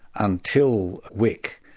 until wik,